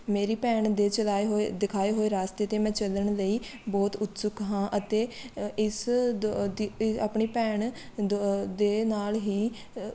ਮੇਰੀ ਭੈਣ ਦੇ ਚਲਾਏ ਹੋਏ ਦਿਖਾਏ ਹੋਏ ਰਸਤੇ 'ਤੇ ਮੈਂ ਚੱਲਣ ਲਈ ਬਹੁਤ ਉਤਸੁਕ ਹਾਂ ਅਤੇ ਇਸ ਆਪਣੀ ਭੈਣ ਦ ਦੇ ਨਾਲ ਹੀ